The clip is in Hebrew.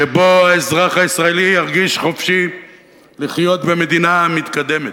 שבו האזרח הישראלי ירגיש חופשי לחיות במדינה מתקדמת.